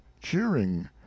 cheering